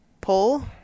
pull